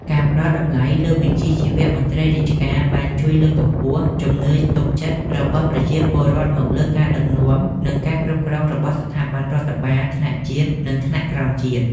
ការផ្តល់តម្លៃលើវិជ្ជាជីវៈមន្ត្រីរាជការបានជួយលើកកម្ពស់ជំនឿទុកចិត្តរបស់ប្រជាពលរដ្ឋមកលើការដឹកនាំ និងការគ្រប់គ្រងរបស់ស្ថាប័នរដ្ឋបាលថ្នាក់ជាតិ និងថ្នាក់ក្រោមជាតិ។